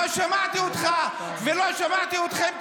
לא שמעתי אותך ולא שמעתי אתכם,